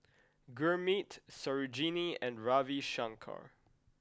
Gurmeet Sarojini and Ravi Shankar